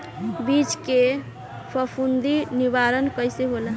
बीज के फफूंदी निवारण कईसे होला?